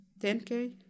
10k